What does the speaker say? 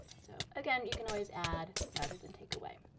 so again, you can always add rather than take away.